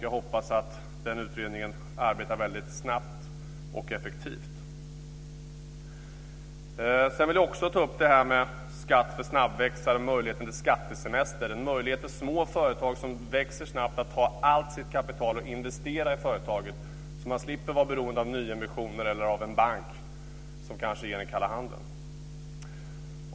Jag hoppas att den utredningen arbetar väldigt snabbt och effektivt. Jag vill också ta upp frågan om skatt för snabbväxande företag och möjligheten till skattesemester. Det är en möjlighet för små företag som växer snabbt att ta allt sitt kapital och investera i företaget, så att man slipper vara beroende av nyemissioner eller av en bank som kanske ger en kalla handen.